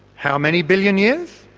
how many billion years?